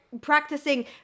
Practicing